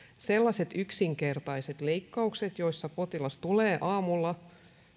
sellaiset yksinkertaiset leikkaukset joissa potilas tulee aamulla